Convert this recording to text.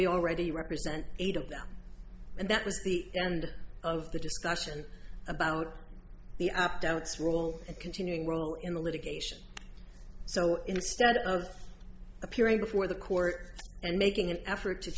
we already represent eight of them and that was the end of the discussion about the up doubts rule and continuing role in the litigation so instead of appearing before the court and making an effort to